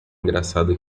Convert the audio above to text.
engraçada